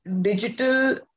digital